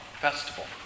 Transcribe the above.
festival